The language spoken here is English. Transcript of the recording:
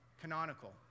canonical